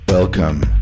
Welcome